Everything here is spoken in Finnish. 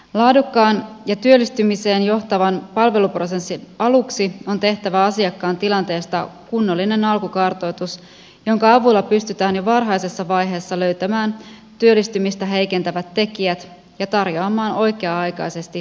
laadukkaan ja työllistymiseen johtavan palveluprosessin aluksi on tehtävä asiakkaan tilanteesta kunnollinen alkukartoitus jonka avulla pystytään jo varhaisessa vaiheessa löytämään työllistymistä heikentävät tekijät ja tarjoamaan oikea aikaisesti tukitoimia